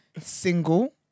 single